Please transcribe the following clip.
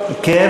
כן,